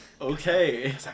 Okay